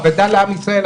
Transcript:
אבדה לעם ישראל,